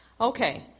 Okay